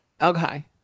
Okay